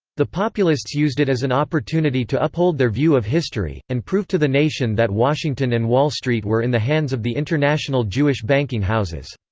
the populists used it as an opportunity to uphold their view of history, and prove to the nation that washington and wall street were in the hands of the international jewish banking houses.